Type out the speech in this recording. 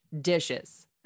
dishes